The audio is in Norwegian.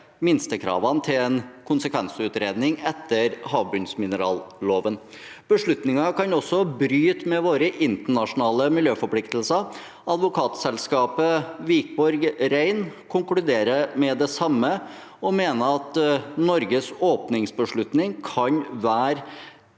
minstekravene til en konsekvensutredning etter havbunnsmineralloven. Beslutningen kan også bryte med våre internasjonale miljøforpliktelser. Advokatfirmaet Wikborg Rein konkluderer med det samme og mener at Norges åpningsbeslutning kan være